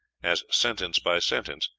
as, sentence by sentence,